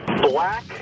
Black